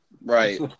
Right